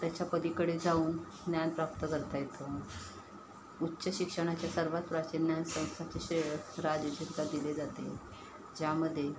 त्याच्यापलीकडे जाऊन ज्ञान प्राप्त करता येतं उच्च शिक्षणाच्या सर्वात प्राचीन ज्ञानसंस्थाचे श्रेय राज्यशास्त्रास दिले जाते ज्यामध्ये